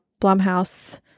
Blumhouse